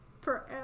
forever